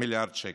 מיליארד שקלים.